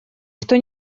что